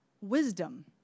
Wisdom